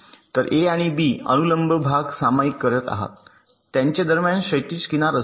तर ए आणि बी अनुलंब भाग सामायिक करत आहेत त्यांच्या दरम्यान क्षैतिज किनार असेल